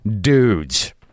dudes